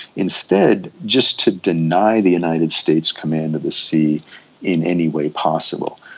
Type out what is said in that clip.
instead just to deny the united states' command of the sea in any way possible.